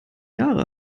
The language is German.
jahre